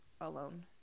alone